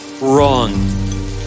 wrong